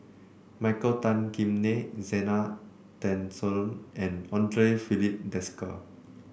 Michael Tan Kim Nei Zena Tessensohn and Andre Filipe Desker